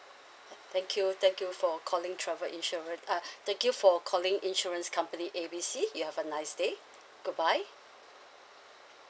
uh thank you thank you for calling travel insurance uh thank you for calling insurance company A B C you have a nice day goodbye